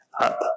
up